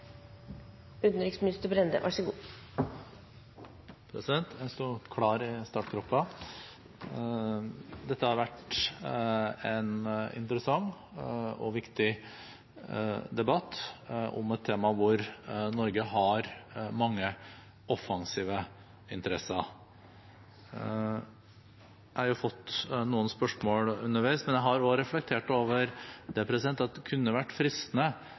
President, jeg sto klar i startgropa! Dette har vært en interessant og viktig debatt om et tema hvor Norge har mange offensive interesser. Jeg har fått noen spørsmål underveis, men jeg har også reflektert over at det kunne vært fristende